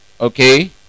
Okay